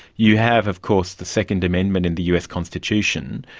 you have, of course, the second amendment in the us constitution,